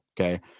Okay